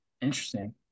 Interesting